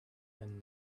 and